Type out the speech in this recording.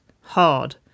hard